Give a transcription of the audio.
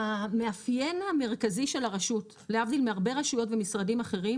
המאפיין המרכזי של הרשות להבדיל מהרבה רשויות ומשרדים אחרים